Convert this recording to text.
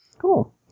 Cool